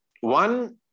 one